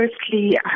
firstly